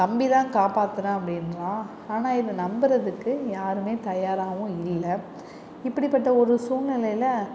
தம்பி தான் காப்பாற்றுனேன் அப்படின்றான் ஆனால் இது நம்புகிறதுக்கு யாருமே தயாராகவும் இல்லை இப்படி பட்ட ஒரு சூழ்நிலையில்